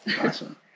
awesome